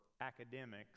academics